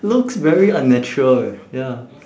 looks very unnatural eh ya